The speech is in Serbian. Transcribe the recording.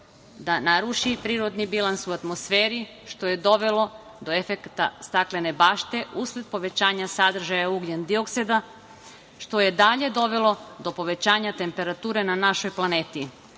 da naruši prirodni bilans u atmosferi što je dovelo do efekta staklene bašte usled povećanja sadržaja ugljendioksida, što je dalje dovelo do povećanja temperature na našoj planeti. Otkrićem